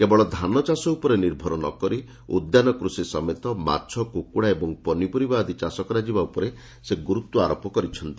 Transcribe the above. କେବଳ ଧାନ ଚାଷ ଉପରେ ନିର୍ଭର ନକରି ଉଦ୍ୟାନ କୃଷି ସମେତ ମାଛ କୁକୁଡା ଓ ପନିପରିବା ଆଦି ଚାଷ କରାଯିବା ଉପରେ ସେ ଗୁରୁତ୍ୱାରୋପ କରିଥିଲେ